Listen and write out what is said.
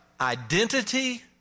identity